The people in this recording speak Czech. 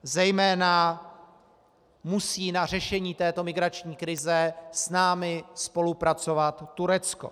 Zejména musí na řešení této migrační krize s námi spolupracovat Turecko.